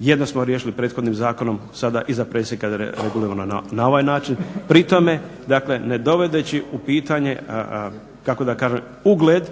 Jedno smo riješili prethodnim zakonom, sada i za predsjednika reguliramo na ovaj način. Pri tome, dakle ne dovodeći u pitanje, kako da kažem, ugled